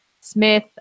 Smith